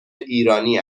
ایرانی